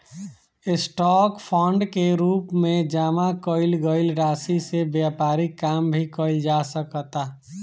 stock fund के रूप में जामा कईल गईल राशि से व्यापारिक काम भी कईल जा सकता